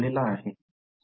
Refer Slide Time 19